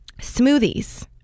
smoothies